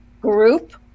group